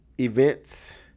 events